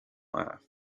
laugh